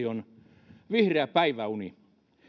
on vihreä päiväuni